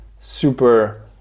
super